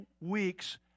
weeks